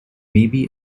maybe